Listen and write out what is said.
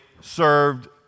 served